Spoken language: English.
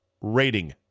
rating